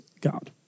God